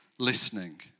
listening